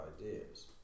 ideas